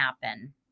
happen